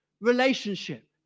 relationship